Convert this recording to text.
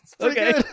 okay